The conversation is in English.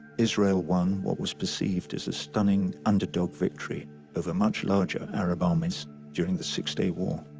israel won what was perceived as a stunning underdog victory over much larger arab armies during the six day war.